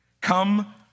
come